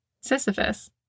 Sisyphus